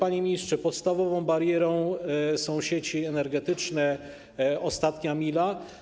Panie ministrze, podstawową barierą są sieci energetyczne, ostatnia mila.